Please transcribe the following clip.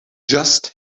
just